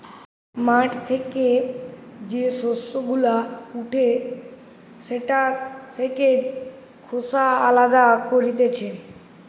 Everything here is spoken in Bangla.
মাঠ থেকে যে শস্য গুলা উঠে সেটা থেকে খোসা আলদা করতিছে